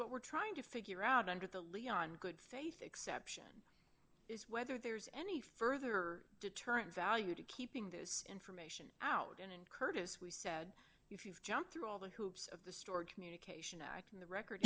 what we're trying to figure out under the leon good faith exception is whether there's any further deterrent value to keeping this information out and in curtis we said if you've jumped through all the hoops of the store communication act in the record